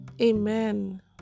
Amen